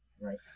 right